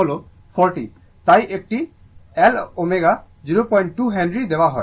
সুতরাং ω হল 40 তাই একটি L ω 02 হেনরি দেওয়া হয়